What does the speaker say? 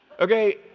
Okay